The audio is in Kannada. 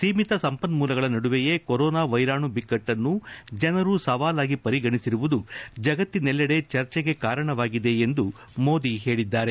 ಸೀಮಿತ ಸಂಪನ್ನೂಲಗಳ ನಡುವೆಯೇ ಕೊರೋನಾ ವೈರಾಣು ಬಿಕ್ಕಟ್ಟನ್ನು ಜನರು ಸವಾಲಾಗಿ ಪರಿಗಣಿಸಿರುವುದು ಜಗತ್ತಿನೆಲ್ಲೆಡೆ ಚರ್ಚೆಗೆ ಕಾರಣವಾಗಿದೆ ಎಂದು ಮೋದಿ ಹೇಳಿದ್ದಾರೆ